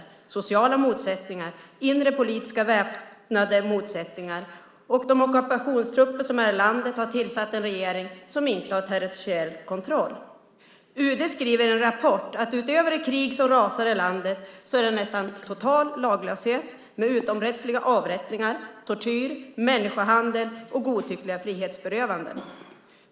Det är sociala motsättningar och inre politiska väpnade motsättningar. De ockupationstrupper som finns i landet har tillsatt en regering som inte har territoriell kontroll. UD skriver i en rapport att utöver det krig som rasar i landet är det nästan total laglöshet med utomrättsliga avrättningar, tortyr, människohandel och godtyckliga frihetsberövanden.